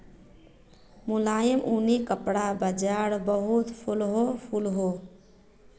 मुलायम ऊनि कपड़ार बाज़ार बहुत फलोहो फुलोहो